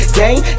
game